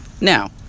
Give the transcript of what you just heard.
Now